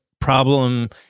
problem